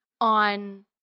on